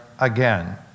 again